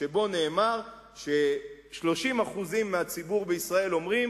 שנאמר בו ש-30% מהציבור בישראל אומרים